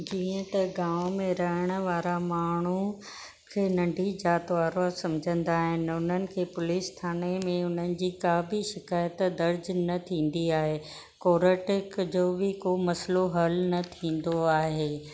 जीअं त गांव में रहण वारा माण्हू खे नंढी ज़ाति वारो सम्झंदा आहिनि उन्हनि खे पूलिस थाने में हुननि जी का बि शिक़ायत दर्ज न थींदी आहे कोरट जो बि को मसलो हल न थींदो आहे